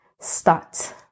start